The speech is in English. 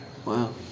Wow